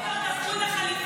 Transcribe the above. הם כבר תפרו את החליפות,